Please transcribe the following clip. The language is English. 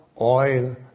oil